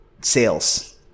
sales